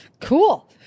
Cool